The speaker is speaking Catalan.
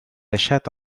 deixat